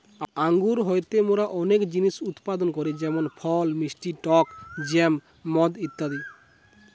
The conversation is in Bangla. আঙ্গুর হইতে মোরা অনেক জিনিস উৎপাদন করি যেমন ফল, মিষ্টি টক জ্যাম, মদ ইত্যাদি